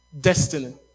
Destiny